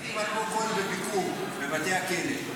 הייתי עם אלמוג כהן בביקור בבתי הכלא.